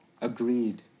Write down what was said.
Agreed